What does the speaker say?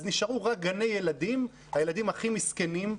אז נשארו גני ילדים עם הילדים הכי מסכנים.